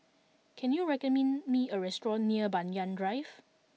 can you recommend me a restaurant near Banyan Drive